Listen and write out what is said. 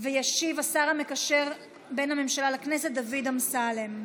ישיב השר המקשר בין הממשלה לכנסת דוד אמסלם.